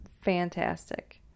fantastic